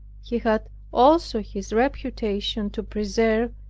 he had also his reputation to preserve,